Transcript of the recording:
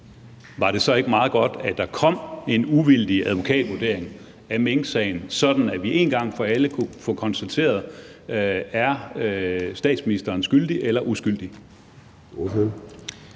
var det så ikke meget godt, at der kom en uvildig advokatvurdering af minksagen, sådan at vi en gang for alle kunne få konstateret, om den fungerende statsminister er skyldig eller uskyldig?